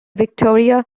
victoria